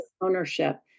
ownership